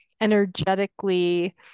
energetically